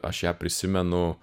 aš ją prisimenu